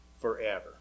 forever